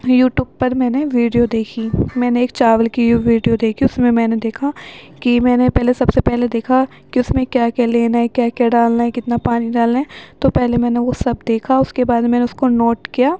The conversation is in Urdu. یو ٹیوب پر میں نے ویڈیو دیکھی میں نے ایک چاول کی یو ویڈیو دیکھی اس میں میں نے دیکھا کہ میں نے پہلے سب سے پہلے دیکھا کہ اس میں کیا کیا لینا ہے کیا کیا ڈالنا ہے کتنا پانی ڈالنا ہے تو پہلے میں نے وہ سب دیکھا اس کے بعد میں نے اس کو نوٹ کیا